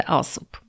osób